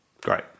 Great